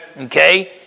Okay